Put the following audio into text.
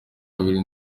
babiri